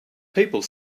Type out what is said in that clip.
people